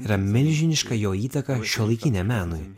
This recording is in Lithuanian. yra milžiniška jo įtaką šiuolaikiniam menui